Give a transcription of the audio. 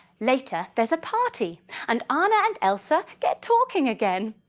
later there's a party and anna and elsa get talking again.